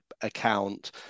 account